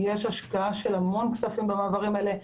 יש השקעה של המון כספים במעברים האלה,